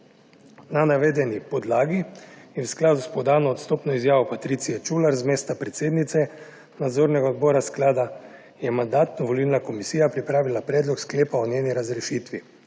Na navedeni podlagi in v skladu s podano odstopno izjavo Patricie Čular z mesta predsednice nadzornega odbora sklada je Mandatno-volilna komisija pripravila predlog sklepa o njeni razrešitvi.